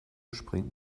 springt